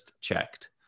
checked